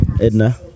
Edna